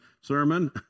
sermon